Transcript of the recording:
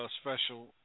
special